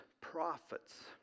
prophets